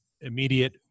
immediate